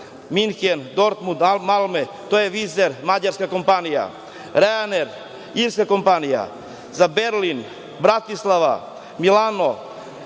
Minhen, Dortmund, Malmer to je „Vizer“, mađarska kompanija, „Reaner“, irska kompanija, za Berlin, Bratislava, Milano